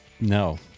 No